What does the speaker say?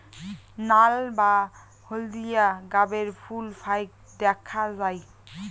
নাল বা হলদিয়া গাবের ফুল ফাইক দ্যাখ্যা যায়